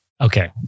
Okay